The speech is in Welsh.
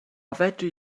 fedri